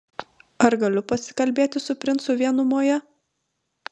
ar galiu pasikalbėti su princu vienumoje